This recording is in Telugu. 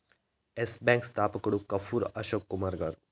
ఎస్ బ్యాంకు స్థాపకుడు కపూర్ అశోక్ కుమార్ గారు